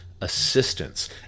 assistance